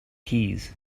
keys